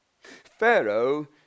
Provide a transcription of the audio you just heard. Pharaoh